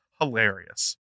hilarious